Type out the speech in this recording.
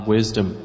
Wisdom